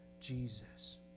Jesus